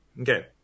Okay